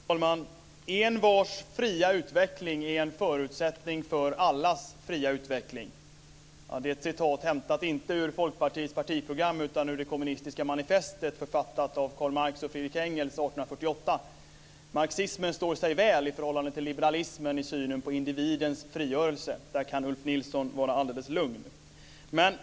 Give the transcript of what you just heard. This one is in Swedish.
Fru talman! Envars fria utveckling är en förutsättning för allas fria utveckling. Det är en formulering hämtad, inte ur Folkpartiets partiprogram utan ur Friedrich Engels 1848. Marxismen står sig väl i förhållande till liberalismen i synen på individens frigörelse. Där kan Ulf Nilsson vara alldeles lugn.